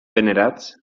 venerats